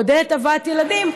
מעודדת הבאת ילדים,